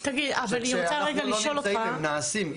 שכשאנחנו לא נמצאים הם נעשים.